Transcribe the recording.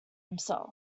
himself